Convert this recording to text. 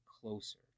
closer